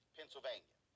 Pennsylvania